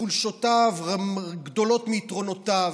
וחולשותיו גדולות מיתרונותיו.